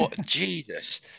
Jesus